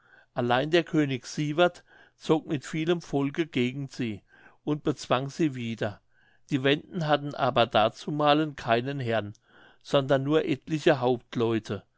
allein der könig sievert zog mit vielem volke gegen sie und bezwang sie wieder die wenden hatten aber dazumalen keinen herrn sondern nur etliche